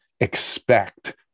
expect